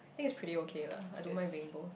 I think it's pretty okay lah I don't mind being both